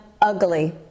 ugly